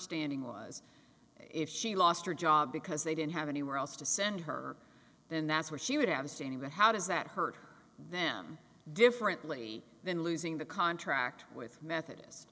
standing was if she lost her job because they didn't have anywhere else to send her then that's where she would abstaining but how does that hurt them differently than losing the contract with methodist